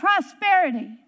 prosperity